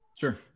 Sure